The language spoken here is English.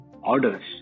orders